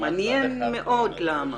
מעניין מאוד למה.